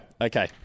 Okay